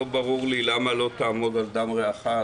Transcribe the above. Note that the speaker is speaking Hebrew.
שלא ברורה לי הכותרת "לא תעמוד על דם רעך".